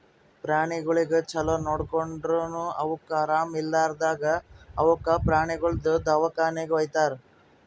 ಪ್ರಾಣಿಗೊಳಿಗ್ ಛಲೋ ನೋಡ್ಕೊಂಡುರನು ಅವುಕ್ ಆರಾಮ ಇರ್ಲಾರ್ದಾಗ್ ಅವುಕ ಪ್ರಾಣಿಗೊಳ್ದು ದವಾಖಾನಿಗಿ ವೈತಾರ್